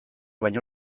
baino